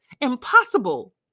Impossible